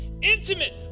intimate